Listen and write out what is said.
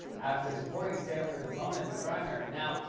after supporting sanford's opponent in a primary. now,